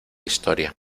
historia